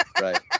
Right